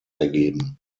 ergeben